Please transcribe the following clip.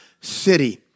city